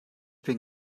bin